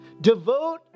devote